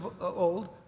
old